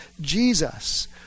Jesus